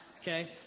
Okay